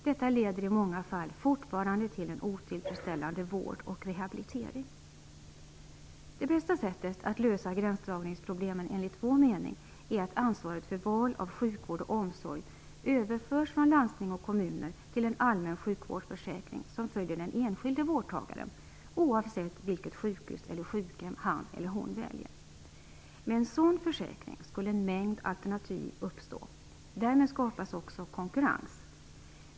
Detta leder i många fall fortfarande till en otillfredsställande vård och rehabilitering. Det bästa sättet att lösa gränsdragningsproblemen är enligt vår mening att ansvaret för val av sjukvård och omsorg överförs från landsting och kommuner till en allmän sjukvårdsförsäkring som följer den enskilde vårdtagaren, oavsett vilket sjukhus eller sjukhem han eller hon väljer. Med en sådan försäkring skulle en mängd alternativ uppstå. Därmed skapas också konkurrens.